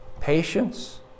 patience